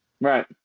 Right